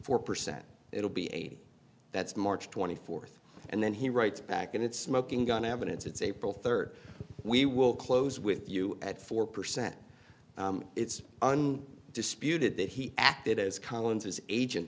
four percent it'll be eighty that's march twenty fourth and then he writes back and it's smoking gun evidence it's april third we will close with you at four percent it's on disputed that he acted as collins as agent